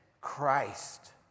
Christ